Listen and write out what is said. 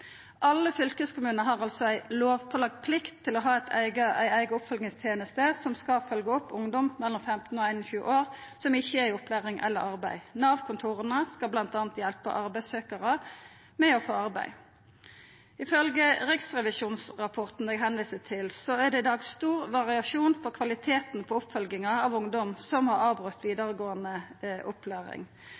Alle fylkeskommunar har altså ei lovpålagd plikt til å ha ei eiga oppfølgingsteneste som skal følgja opp ungdom mellom 15 og 21 år som ikkje er i opplæring eller i arbeid. Nav-kontora skal bl.a. hjelpa arbeidssøkjarar med å få arbeid. Ifølgje riksrevisjonsrapporten eg viste til, er det i dag stor variasjon i kvaliteten på oppfølginga av ungdom som har avbrote vidaregåande opplæring.